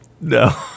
No